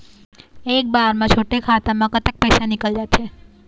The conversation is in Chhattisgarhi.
एक बार म छोटे खाता म कतक पैसा निकल जाथे?